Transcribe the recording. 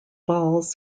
balls